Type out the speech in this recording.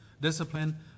discipline